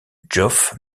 geoff